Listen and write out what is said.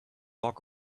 log